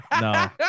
no